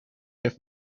heeft